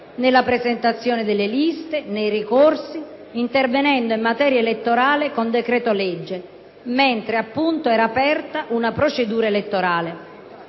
nella presentazione delle liste, nei ricorsi, intervenendo in materia elettorale con decreto-legge, mentre appunto era aperta una procedura elettorale.